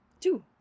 two